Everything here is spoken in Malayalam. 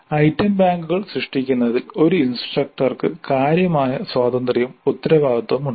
ഐറ്റം ബാങ്കുകൾ സൃഷ്ടിക്കുന്നതിൽ ഒരു ഇൻസ്ട്രക്ടർക്ക് കാര്യമായ സ്വാതന്ത്ര്യവും ഉത്തരവാദിത്തവുമുണ്ട്